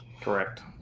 correct